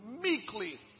meekly